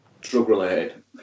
drug-related